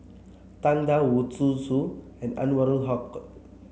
Tang Da Wu Zhu Xu and Anwarul Haque